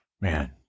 Man